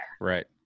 Right